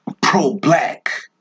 pro-black